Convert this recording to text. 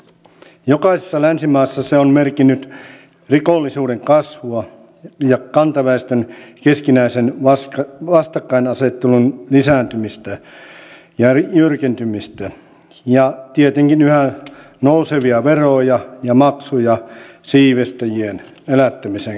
jokaisessa länsimaassa se on merkinnyt rikollisuuden kasvua ja kantaväestön keskinäisen vastakkainasettelun lisääntymistä ja jyrkentymistä ja tietenkin yhä nousevia veroja ja maksuja siivestäjien elättämisen kattamiseksi